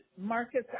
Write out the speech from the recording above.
Marcus